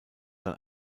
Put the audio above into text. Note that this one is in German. dann